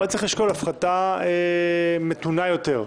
אבל אולי צריך לשקול הפחתה מתונה יותר,